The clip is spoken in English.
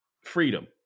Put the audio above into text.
freedom